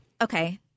okay